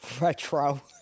retro